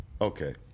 Okay